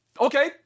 Okay